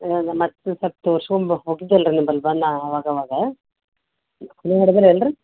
ಮತ್ತೆ ಸ್ವಲ್ಪ ತೋರ್ಸ್ಕೊಂಬಕೆ ಹೋಗಿದ್ದಲ್ಲ ರೀ ನೀವು ಬಂದು ಬಂದು ಅವಗವಾಗ ನೋಡಿದ್ರಲ್ಲ ರೀ